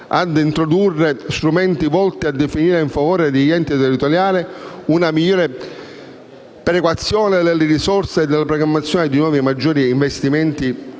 a introdurre strumenti volti a consentire, in favore degli enti territoriali, una migliore perequazione delle risorse e la programmazione di nuovi o maggiori investimenti;